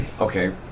Okay